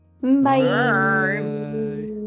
bye